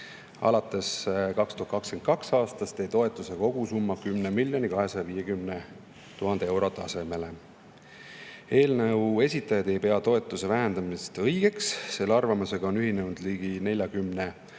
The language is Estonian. Alates 2022. aastast jäi toetuse kogusummaks 10 250 000 eurot. Eelnõu esitajad ei pea toetuse vähendamist õigeks – selle arvamusega on ühinenud ligi 40